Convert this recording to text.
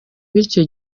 bityo